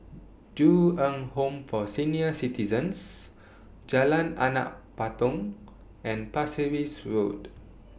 Ju Eng Home For Senior Citizens Jalan Anak Patong and Pasir Ris Road